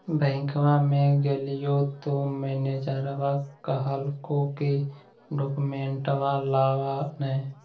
बैंकवा मे गेलिओ तौ मैनेजरवा कहलको कि डोकमेनटवा लाव ने?